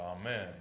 amen